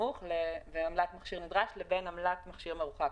סמוך ועמלת מכשיר נדרש לבין עמלת מכשיר מרוחק.